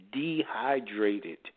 dehydrated